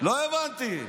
לא הבנתי.